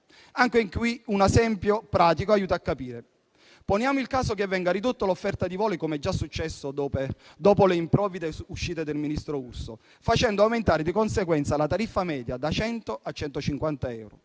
Anche in questo caso un esempio pratico aiuta a capire: poniamo il caso che venga ridotta l'offerta di voli come è già successo dopo le improvvide uscite del ministro Urso, facendo aumentare di conseguenza la tariffa media da 100 a 150 euro.